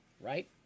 right